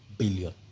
billion